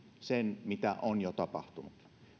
sen mitä on jo tapahtunut